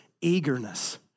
eagerness